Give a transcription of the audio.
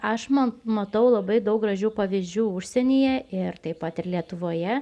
aš ma matau labai daug gražių pavyzdžių užsienyje ir taip pat ir lietuvoje